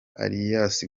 alias